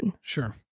Sure